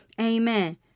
Amen